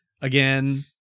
Again